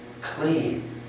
clean